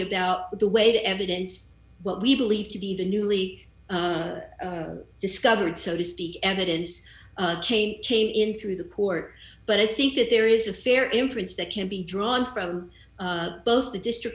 about the way the evidence what we believe to be the newly discovered so to speak evidence came in through the port but i think that there is a fair inference that can be drawn from both the district